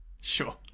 Sure